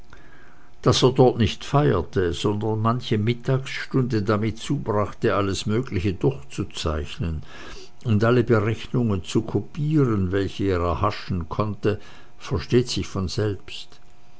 daß er dort nicht feierte sondern manche mittagsstunde damit zubrachte alles mögliche durchzuzeichnen und alle berechnungen zu kopieren welche er erhaschen konnte versteht sich von selbst